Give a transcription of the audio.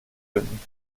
finden